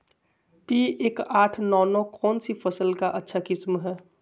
P एक आठ नौ नौ कौन सी फसल का अच्छा किस्म हैं?